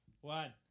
one